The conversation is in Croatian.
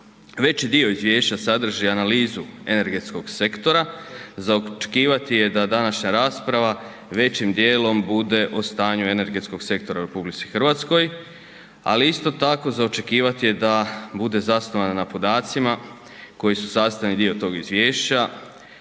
veći dio izvješća sadrži analizu energetskog sektora za očekivati je da današnja rasprava većim dijelom bude o stanju energetskog sektora u RH, ali isto tako za očekivati je da bude zasnovana na podacima koji su sastavni dio tog izvješća,